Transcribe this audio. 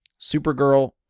Supergirl